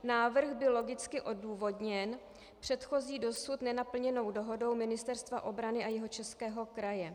Návrh byl logicky odůvodněn předchozí, dosud nenaplněnou dohodou Ministerstva obrany a Jihočeského kraje.